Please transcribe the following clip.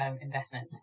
investment